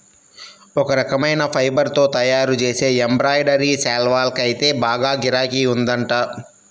ఒక రకమైన ఫైబర్ తో తయ్యారుజేసే ఎంబ్రాయిడరీ శాల్వాకైతే బాగా గిరాకీ ఉందంట